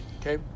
okay